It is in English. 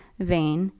vain,